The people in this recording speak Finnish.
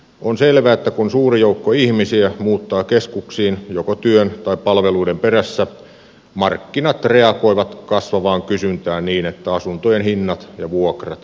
on selvää että kun suuri joukko ihmisiä muuttaa keskuksiin joko työn tai palveluiden perässä markkinat reagoivat kasvavaan kysyntään niin että asuntojen hinnat ja vuokrat nousevat